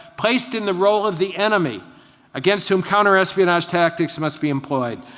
placed in the role of the enemy against him counterespionage tactics must be employed.